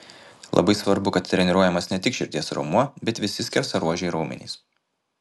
labai svarbu kad treniruojamas ne tik širdies raumuo bet visi skersaruožiai raumenys